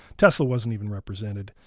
tesla wasn't even represented.